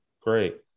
Great